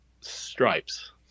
stripes